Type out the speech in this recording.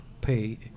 pay